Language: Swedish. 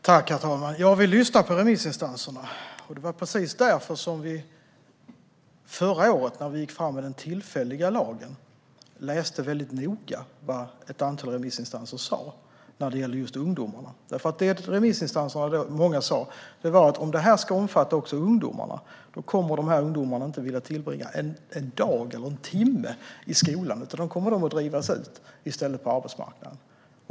Herr talman! Vi lyssnar på remissinstanserna. Det var precis därför som vi förra året, när vi gick fram med den tillfälliga lagen, läste mycket noga vad ett antal remissinstanser sa när det gällde just ungdomarna. Det många av remissinstanserna sa var att om det här skulle omfatta också ungdomarna skulle de inte vilja tillbringa en dag eller ens en timme i skolan utan skulle i stället drivas ut på arbetsmarknaden.